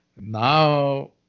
now